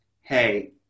Hey